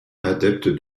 adepte